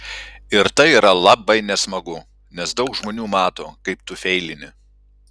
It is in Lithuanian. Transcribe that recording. ir tai yra labai nesmagu nes daug žmonių mato kaip tu feilini